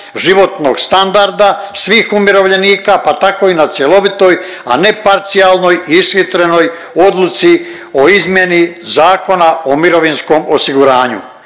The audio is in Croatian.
životnog standarda svih umirovljenika pa tako i na cjelovitoj, a ne parcijalnoj ishitrenoj odluci o izmjeni Zakona o mirovinskom osiguranju.